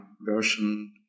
version